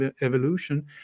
evolution